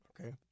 okay